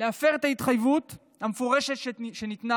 להפר את ההתחייבות המפורשת שניתנה.